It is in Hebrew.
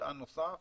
מטען נוסף.